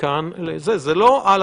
ככל שאני שומע וקורא את החומרים אני רואה עד